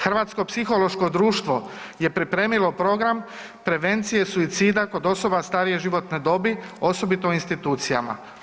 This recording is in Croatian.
Hrvatsko psihološko društvo je pripremilo program prevencije suicida kod osoba starije životne dobi osobito u institucijama.